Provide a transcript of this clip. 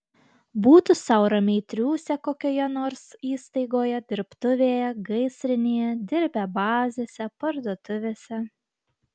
būtų sau ramiai triūsę kokioje nors įstaigoje dirbtuvėje gaisrinėje dirbę bazėse parduotuvėse